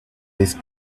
this